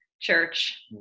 church